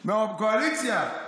מהקואליציה.